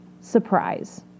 surprise